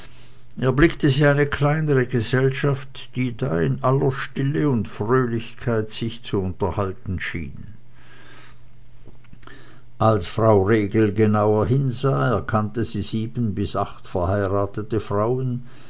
erblickte sie eine kleinere gesellschaft die da in aller stille und fröhlichkeit sich zu unterhalten schien als frau regel genauer hinsah erkannte sie sieben bis acht verheiratete frauen